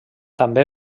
també